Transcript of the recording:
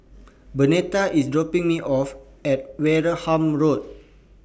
Bernetta IS dropping Me off At Wareham Road